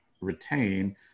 retain